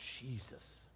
Jesus